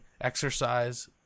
exercise